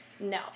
No